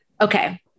Okay